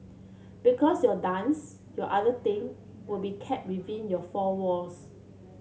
because your dance your other thing will be kept within your four walls